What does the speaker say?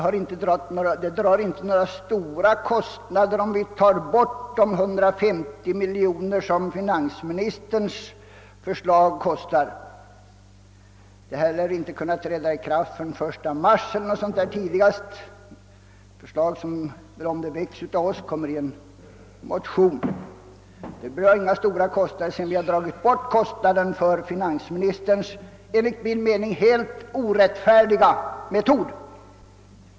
Vårt förslag drar inte några stora kostnader, om vi tar bort de 150 miljoner kronor som finansministerns förslag kostar. Lagändringen lär inte kunna träda i kraft förrän tidigast den 1 mars, om den föreslås av oss i en motion. Kostnaderna för vårt förslag blir som sagt små, sedan vi har dragit bort kostnaderna för finansministerns enligt min mening helt orättfärdiga metod.